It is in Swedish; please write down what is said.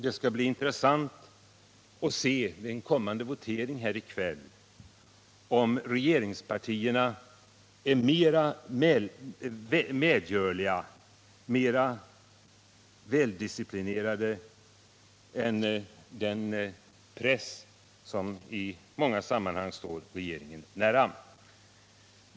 Det skall bli intressant att vid den kommande voteringen se om regeringspartierna är mera medgörliga och väldisciplinerade än den press som står regeringen nära.